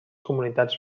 comunitats